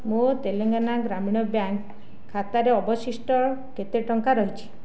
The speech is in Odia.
ମୋ ତେଲେଙ୍ଗାନା ଗ୍ରାମୀଣ ବ୍ୟାଙ୍କ ଖାତାରେ ଅବଶିଷ୍ଟ କେତେ ଟଙ୍କା ରହିଛି